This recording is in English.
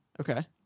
Okay